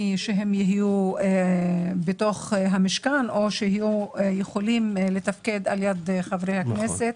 שיהיו במשכן או שיהיו יכולים לתפקד על יד חברי הכנסת,